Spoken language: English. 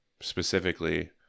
specifically